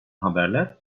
haberler